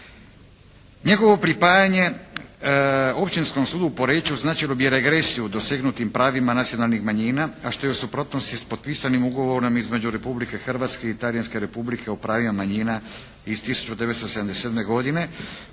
Njegovo pripajanje Općinskom sudu u Poreču značilo bi regresiju dosegnutim pravima nacionalnih manjina, a što je u suprotnosti sa potpisanim ugovorom između Republike Hrvatske i Talijanske Republike o pravima manjina iz 1977. godine